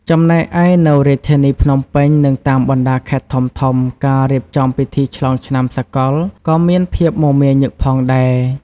ចំណែកឯ នៅរាជធានីភ្នំពេញ និងតាមបណ្ដាខេត្តធំៗ ការរៀបចំពិធីឆ្លងឆ្នាំសកលក៏មានភាពមមាញឹកផងដែរ។